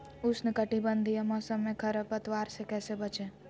उष्णकटिबंधीय मौसम में खरपतवार से कैसे बचिये?